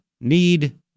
need